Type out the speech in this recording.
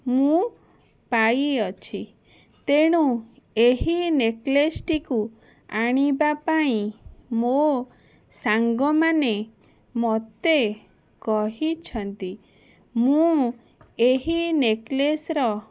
ମୁଁ ପାଇଅଛି ତେଣୁ ଏହି ନେକ୍ଲେସ୍ଟିକୁ ଆଣିବା ପାଇଁ ମୋ ସାଙ୍ଗମାନେ ମୋତେ କହିଛନ୍ତି ମୁଁ ଏହି ନେକ୍ଲେସ୍ର